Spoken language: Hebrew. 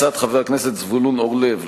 הצעת חבר הכנסת זבולון אורלב,